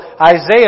Isaiah